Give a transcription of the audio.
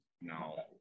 No